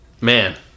Man